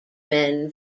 men